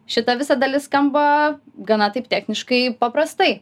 šita visa dalis skamba gana taip techniškai paprastai